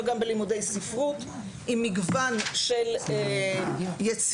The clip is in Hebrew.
גם בלימודי ספרות עם מגוון של יצירות.